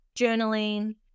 journaling